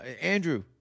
Andrew